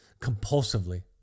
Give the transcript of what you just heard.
compulsively